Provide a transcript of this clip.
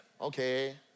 Okay